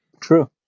True